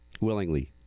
willingly